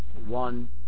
One